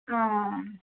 अँ